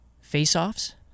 face-offs